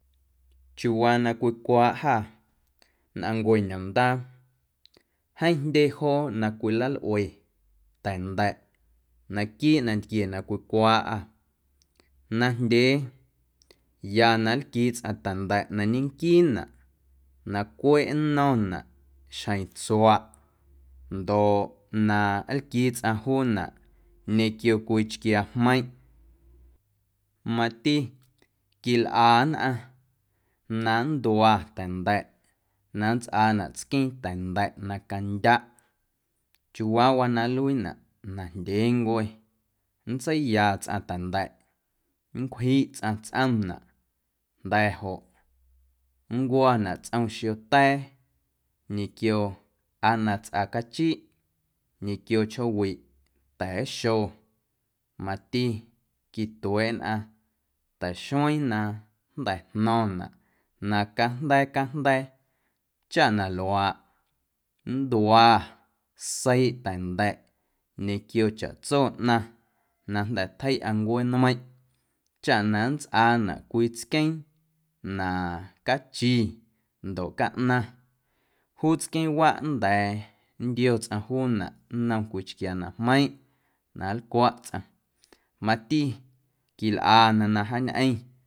Chiuuwaa na cwicwaaꞌ jâ nnꞌaⁿncue ñomndaa jeeⁿ jndye joo na cwilalꞌue ta̱nda̱ꞌ naquiiꞌ nantquie na cwicwaaꞌâ, najndyee ya na nlquii tsꞌaⁿ ta̱nda̱ꞌ na ñenquiinaꞌ na cweꞌ nno̱naꞌ xjeⁿ tsuaꞌ ndoꞌ na nlquii tsꞌaⁿ juunaꞌ ñequio cwii chquiaa jmeiⁿꞌ, mati quilꞌa nnꞌaⁿ na nndua ta̱nda̱ꞌ na nntsꞌaanaꞌ tsqueeⁿ ta̱nda̱ꞌ na candyaꞌ chiuuwaa na nluiinaꞌ najndyeencwe nntseiya tsꞌaⁿ ta̱nda̱ꞌ, nncwjiꞌ tsꞌaⁿ tsꞌomnaꞌ jnda̱ joꞌ nncwo̱naꞌ tsꞌom xiota̱a̱ ñequio aa na tsꞌa cachiꞌ ñequio chjoowiꞌ ta̱a̱xo mati quitueeꞌ nnꞌaⁿ ta̱xueeⁿ na jnda̱ jno̱ⁿnaꞌ na cajnda̱a̱ cajnda̱a̱ chaꞌ na luaaꞌ nndua seiiꞌ ta̱nda̱ꞌ ñequio chaꞌtso ꞌnaⁿ na jnda̱ tjeiꞌa ncuee nmeiⁿꞌ chaꞌ na nntsꞌaanaꞌ cwii tsqueeⁿ na cachi ndoꞌ caꞌnaⁿ juu tsqueeⁿwaꞌ nnda̱a̱ nntio tsꞌaⁿ juunaꞌ nnom cwii chquiaa na jmeiⁿꞌ na nlcwaꞌ tsꞌaⁿ, mati quilꞌana na jaañꞌeⁿ.